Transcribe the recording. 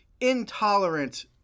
intolerant